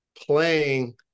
playing